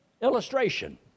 Illustration